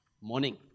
morning